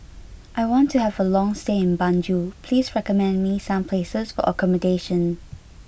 I want to have a long stay in Banjul please recommend me some places for accommodation